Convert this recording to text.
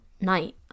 night